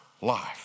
life